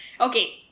Okay